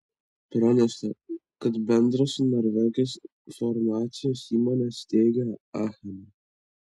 pranešta kad bendrą su norvegais farmacijos įmonę steigia achema